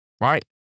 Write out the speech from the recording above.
right